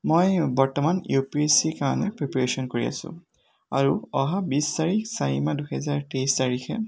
মই বৰ্তমান U P S C কাৰণে প্ৰিপাৰেচন কৰি আছোঁ আৰু অহা বিছ চাৰি চাৰি দুহেজাৰ তেইছ তাৰিখে